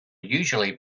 usually